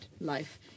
life